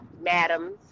madams